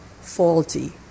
faulty